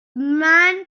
man